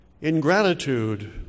Ingratitude